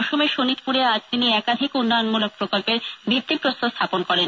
অসমের শোনিতপুরে আজ তিনি একাধিক উন্নয়নমূলক প্রকল্পের ভিত্তিপ্রস্তর স্থাপন করেন